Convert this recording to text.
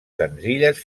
senzilles